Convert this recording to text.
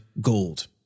gold